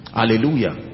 Hallelujah